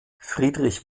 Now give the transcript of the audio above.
friedrich